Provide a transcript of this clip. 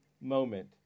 moment